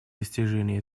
достижения